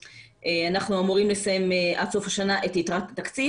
אנחנו אמורים לסיים עד סוף השנה את יתרת התקציב.